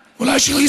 אולי של איראן?